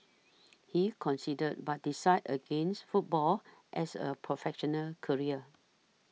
he considered but decided against football as a professional career